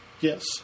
Yes